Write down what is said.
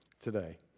today